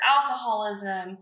alcoholism